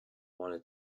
want